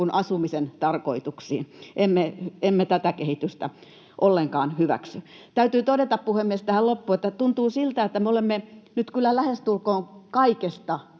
asumisen tarkoituksiin. Emme tätä kehitystä ollenkaan hyväksy. Täytyy todeta, puhemies, tähän loppuun, että tuntuu siltä, että me olemme nyt kyllä lähestulkoon kaikesta